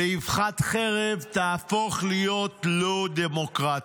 באבחת חרב תהפוך להיות לא דמוקרטית.